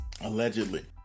Allegedly